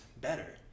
better